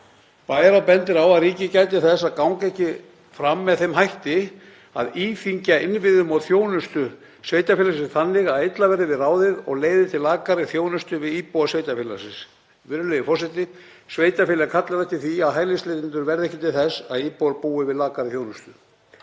Bæjarráð bendir á að ríkið gæti þess að ganga ekki fram með þeim hætti að íþyngja innviðum og þjónustu sveitarfélagsins þannig að illa verði við ráðið og það leiði til lakari þjónustu við íbúa sveitarfélagsins. Virðulegi forseti. Sveitarfélagið kallar eftir því að hælisleitendur verði ekki til þess að íbúar búi við lakari þjónustu.